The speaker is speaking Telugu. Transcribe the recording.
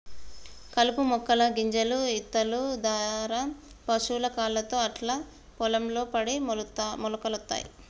కలుపు మొక్కల గింజలు ఇత్తుల దారా పశువుల కాళ్లతో అట్లా పొలం లో పడి మొలకలొత్తయ్